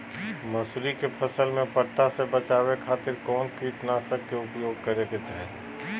मसूरी के फसल में पट्टा से बचावे खातिर कौन कीटनाशक के उपयोग करे के चाही?